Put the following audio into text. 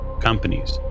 companies